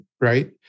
right